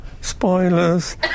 Spoilers